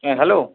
হ্যাঁ হ্যালো